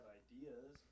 ideas